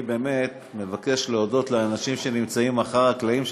אני באמת מבקש להודות לאנשים שנמצאים מאחורי הקלעים,